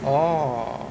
orh